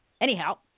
anyhow